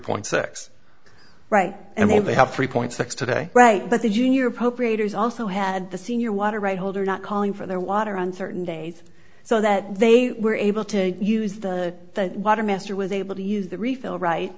point six right and they have three point six today right but the junior appropriators also had the senior water right holder not calling for their water on certain days so that they were able to use the water master was able to use the refill right